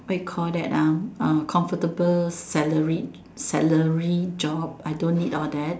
what you call that ah uh comfortable salaried salary job I don't need all that